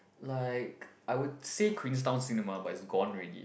like I would say Queenstown cinema but it's gone already